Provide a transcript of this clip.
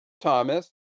thomas